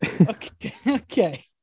Okay